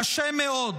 קשה מאוד,